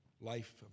life